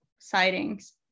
Sightings